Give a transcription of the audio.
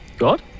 God